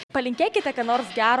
palinkėkite ką nors gero